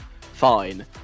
Fine